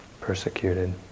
persecuted